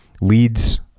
leads